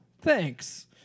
thanks